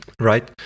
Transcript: right